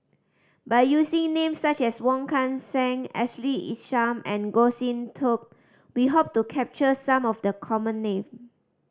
by using names such as Wong Kan Seng Ashley Isham and Goh Sin Tub we hope to capture some of the common name